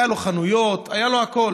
היו לו חנויות, היה לו הכול.